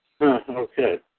Okay